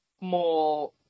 more